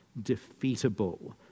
defeatable